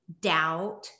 doubt